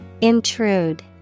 Intrude